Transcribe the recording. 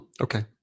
okay